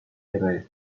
کرایه